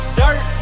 dirt